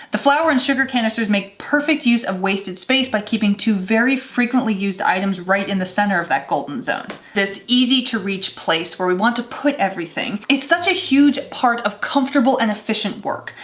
the flour and sugar canisters make perfect use of wasted space by keeping two very frequently used items, right in the center of that golden zone. this easy to reach place, where we want to put everything. it's such a huge part of comfortable and efficient work.